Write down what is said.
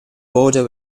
border